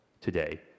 today